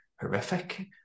horrific